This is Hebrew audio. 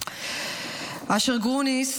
אשר גרוניס,